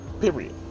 Period